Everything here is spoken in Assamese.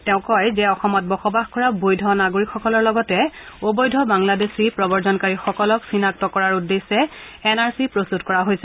তেওঁ কয় যে অসমত বসবাস কৰা বৈধ নাগৰিকসকলৰ লগতে অবৈধ বাংলাদেশী প্ৰৱজনকাৰীসকলক চিনাক্ত কৰাৰ উদ্দেশ্যে এন আৰ চি প্ৰস্তুত কৰা হৈছে